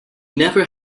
never